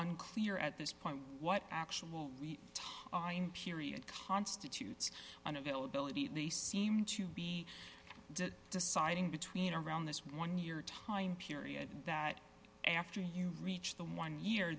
unclear at this point what actual period constitutes an availability they seem to be deciding between around this one year time period that after you reach the one year